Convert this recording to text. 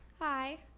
hi.